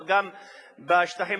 גם בשטחים הכבושים,